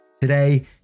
Today